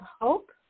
hope